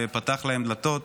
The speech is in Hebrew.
ופתח להן דלתות,